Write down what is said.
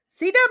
CW